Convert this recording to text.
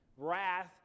Wrath